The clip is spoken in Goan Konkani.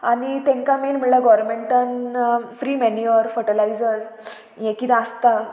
आनी तांकां मेन म्हणल्यार गोवोरमेंटान फ्री मेन्युअर फर्टलायजर्स हें कितें आसता